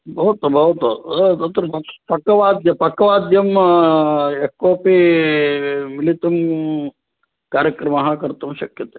भवतु भवतु अ तत्र पक्कवाद्यं पक्कवाद्यं यः कोपि मिलीतुं कार्यक्रमः कर्तुं शक्यते